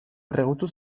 erregutu